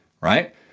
right